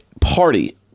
party